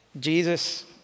Jesus